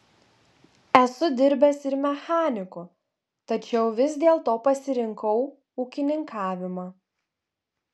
esu dirbęs ir mechaniku tačiau vis dėlto pasirinkau ūkininkavimą